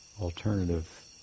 alternative